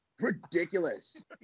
Ridiculous